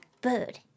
bird